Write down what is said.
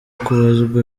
kubazwa